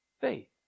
Faith